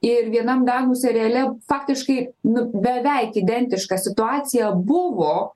ir vienam danų seriale faktiškai nu beveik identiška situacija buvo